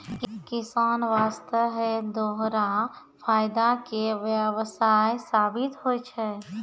किसान वास्तॅ है दोहरा फायदा के व्यवसाय साबित होय छै